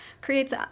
creates